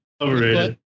Overrated